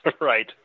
right